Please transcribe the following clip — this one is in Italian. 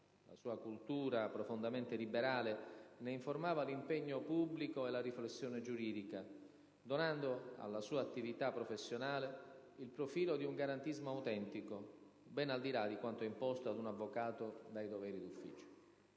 la sua cultura profondamente liberale ne informava l'impegno pubblico e la riflessione giuridica, donando alla sua attività professionale il profilo di un garantismo autentico, ben al di là di quanto imposto ad un avvocato dai doveri d'ufficio.